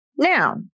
Now